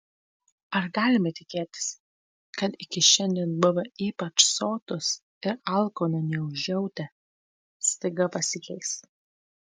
ar galime tikėtis kad iki šiandien buvę ypač sotūs ir alkano neužjautę staiga pasikeis